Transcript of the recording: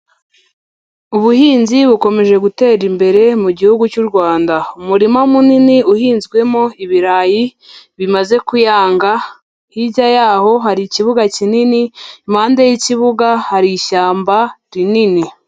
Ubuhinzi bukomeje gutera imbere mu gihugu cy'u Rwanda. Umurima munini uhinzwemo ibirayi bimaze kuyanga, hirya y'aho hari ikibuga kinini, impande y'ikibuga, hari ishyamba rinini.